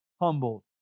humbled